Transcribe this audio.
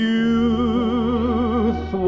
youth